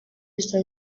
izo